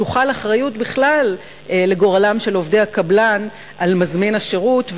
תוחל אחריות בכלל לגורלם של עובדי הקבלן על מזמין השירות,